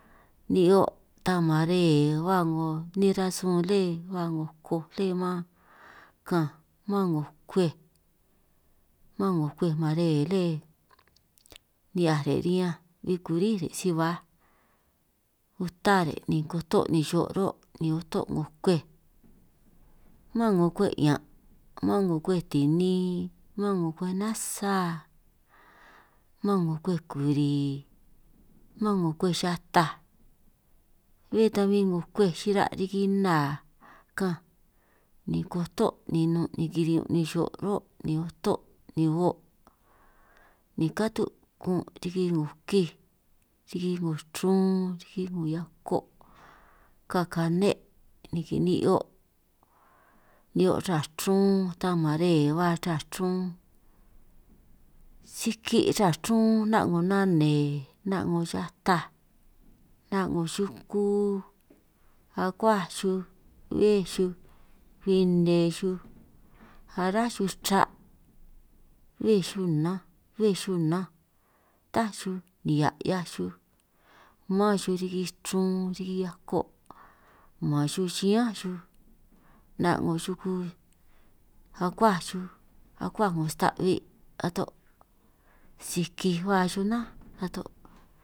Ni'hio' ta mare ba 'ngo nej rasun lé ba 'ngoj koj lé mán, kaanj mán 'ngo kwej mán 'ngo kwej mare lé ni'hiaj re' riñanj bin kurí re' si baaj uta re' ni kutoj ni xo' ruhuo' ni uto' 'ngo kwej, mán 'ngo kwej 'ñan', mán 'ngo kwej tinin, mán 'ngo kwej nasa, mán 'ngo kwej kuri, mán 'ngo kwej xataj, bé ta bin 'ngo kwej xira' riki nna kaanj, ni kota' ni nun' kiri'ñun ni xo' ruhuo' ni uto' ni huo' ni katu' kun' riki 'ngo kij, riki 'ngo chrun, riki 'ngo hiako', ka'anj kane', ni ni'hio ra chrun ni ta mare ba ra chrun, siki' raa chrun 'na' 'ngo nane, 'na' 'ngo xataj, 'na' 'ngo xuku, akuaj xuj béj xuj bin nne xuj, ará xuj chra', béj xuj nnanj béj xuj nnanj, taá xuj nihia' 'hiaj xuj mán xuj riki chrun riki hiako', man xuj xiñánj xuj 'na' 'ngo xuku akuaj xuj, akuaj 'ngo sta'bi' ato' si kij ba xuj nánj ato'.